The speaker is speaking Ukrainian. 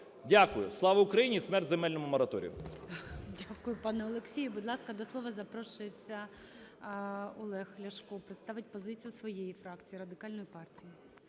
Дякую. Слава Україні! І смерть земельному мораторію!